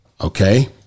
okay